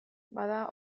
bada